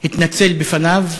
והתנצל בפניו,